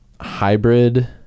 hybrid